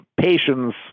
patience